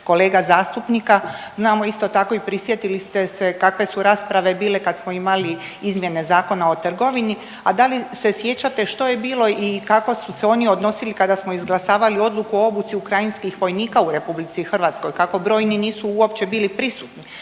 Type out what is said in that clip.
kolega zastupnika. Znamo isto tako i prisjetili ste se kakve su rasprave bile kad smo imali izmjene Zakona o trgovini, a da li se sjećate što je bilo i kako su se oni odnosili kada smo izglasavali odluku o obuci ukrajinskih vojnika u RH, kako brojni nisu uopće bili prisutni,